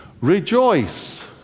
Rejoice